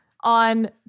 on